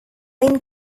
lynn